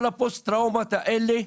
כל הפוסט-טראומות האלה,